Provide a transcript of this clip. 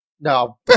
No